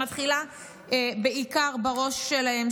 שמתחילה בעיקר בראש שלהם,